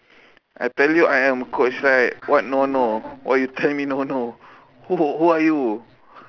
I tell you I am coach right what no no why you tell me no no wh~ who are you